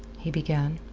he began.